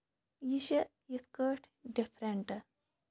یہِ چھےٚ یِتھ کٲٹھۍ ڈِفرَنٹ